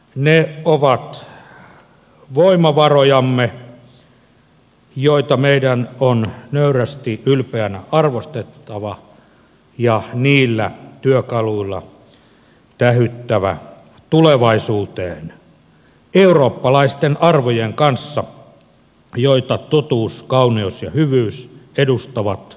ne ovat voimavarojamme joita meidän on nöyrästi ylpeänä arvostettava ja niillä työkaluilla tähyttävä tulevaisuuteen eurooppalaisten arvojen kanssa joita totuus kauneus ja hyvyys edustavat